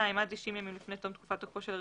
עד 90 ימים לפני תום תקופת תוקפו של הרישיון,